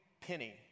penny